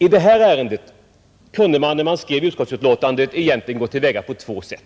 I det här ärendet kunde man, när man skrev utskottsutlåtandet, gå till väga på två sätt.